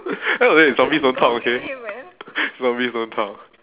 zombies don't talk okay zombies don't talk